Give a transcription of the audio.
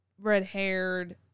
red-haired